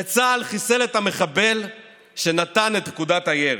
וצה"ל חיסל את המחבל שנתן את פקודת הירי.